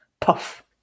puff